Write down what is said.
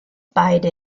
beide